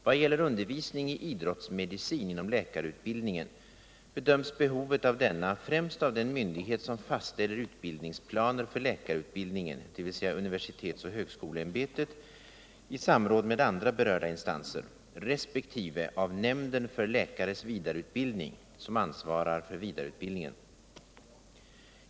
Vad gäller undervisning i idrottsmedicin inom läkarutbildningen bedöms behovet av denna främst av den myndighet som fastställer utbildningsplaner för läkarutbildningen, dvs. universitetsoch högskoleämbetet, i samråd med andra berörda instanser, resp. av nämnden för läkares vidareutbildning som ansvarar för vidareutbildningen.